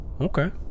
Okay